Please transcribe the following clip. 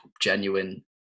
genuine